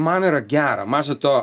man yra gera maža to